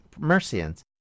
Mercians